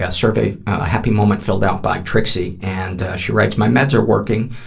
yeah survey, a happy moment, filled out by trixie. and, ah, she writes, my meds are working,